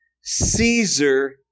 Caesar